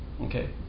okay